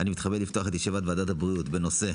אני מתכבד לפתוח את ישיבת ועדת הבריאות בנושא: